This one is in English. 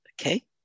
Okay